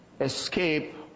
Escape